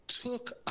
took